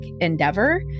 endeavor